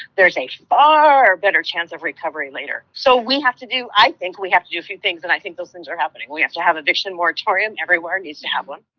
there's a far better chance of recovery later. so, we have to do, i think, we have to do a few things and i think those things are happening. we have to have eviction moratorium. everywhere needs to have one.